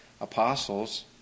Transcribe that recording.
apostles